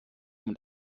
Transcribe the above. und